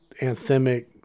anthemic